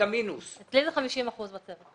אצלי בצוות זה 50 אחוזים.